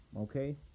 okay